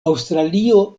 aŭstralio